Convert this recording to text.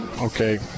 okay